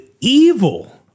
evil